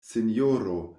sinjoro